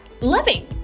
loving